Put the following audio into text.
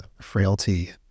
frailty